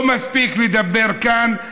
לא מספיק לדבר כאן,